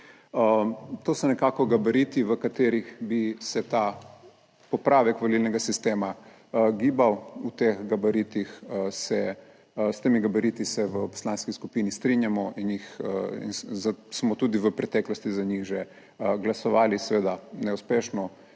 To so nekako gabariti, v katerih bi se ta popravek volilnega sistema gibal. V teh gabaritih se, s temi gabariti se v poslanski skupini strinjamo in jih smo tudi v preteklosti za njih že glasovali, seveda neuspešno,